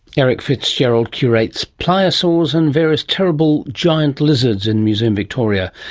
erich fitzgerald curates pliosaurs and various terrible giant lizards in museum victoria.